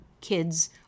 kids